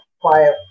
quiet